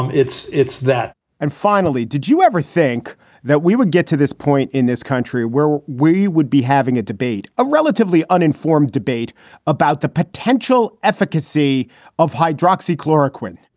um it's it's that and finally, did you ever think that we would get to this point in this country where we would be having a debate, a relatively uninformed debate about the potential efficacy of hydroxy chloroquine?